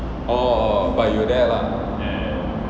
orh orh but you were there lah